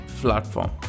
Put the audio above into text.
platform